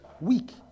weak